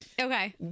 Okay